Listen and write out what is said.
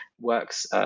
works